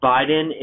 Biden